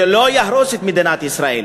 זה לא יהרוס את מדינת ישראל.